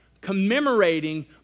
commemorating